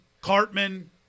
Cartman